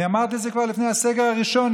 אני אמרתי את זה כבר לפני הסגר הראשון,